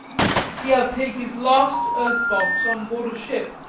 he have take his last earth-box on board a ship,